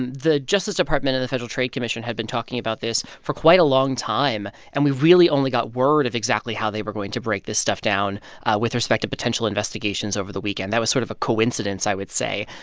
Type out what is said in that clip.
and the justice department and the federal trade commission had been talking about this for quite a long time, and we really only got word of exactly how they were going to break this stuff down with respect to potential investigations over the weekend. that was sort of a coincidence, i would say.